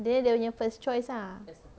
then dia nya first choice ah